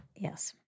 Yes